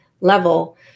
level